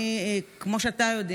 כמו שאתה יודע,